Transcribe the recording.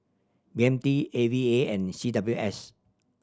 B M T A V A and C W S